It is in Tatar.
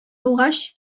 булгач